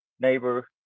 neighbor